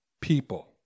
People